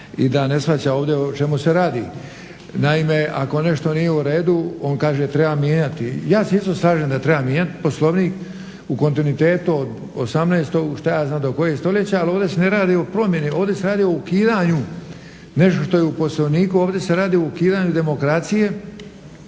i da ne shvaća ovdje o čemu se radi. Naime, ako nešto nije uredu on kaže treba mijenjati. Ja se isto slažem da treba mijenjati Poslovnik u kontinuitetu od 18. šta ja znam kojeg stoljeća, ali ovdje se ne radi o promjeni, ovdje se radi o ukidanju nešto što je u Poslovniku. Ovdje se radi o ukidanju demokracije,